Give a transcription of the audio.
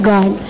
God